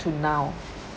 to now